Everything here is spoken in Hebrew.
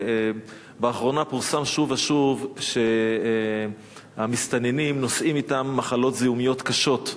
באחרונה פורסם שוב ושוב שהמסתננים נושאים אתם מחלות זיהומיות קשות.